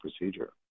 procedure